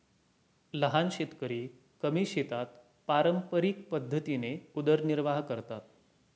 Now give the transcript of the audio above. लहान शेतकरी कमी शेतात पारंपरिक पद्धतीने उदरनिर्वाह करतात